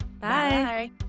Bye